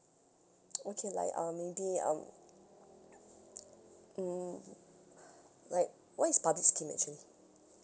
okay like um maybe um mm like what is public scheme actually